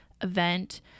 event